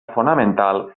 fonamental